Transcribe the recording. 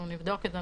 אנחנו נבדוק את זה.